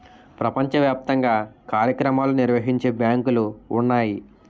ప్రపంచ వ్యాప్తంగా కార్యక్రమాలు నిర్వహించే బ్యాంకులు ఉన్నాయి